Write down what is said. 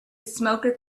smoker